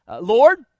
Lord